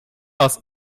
aus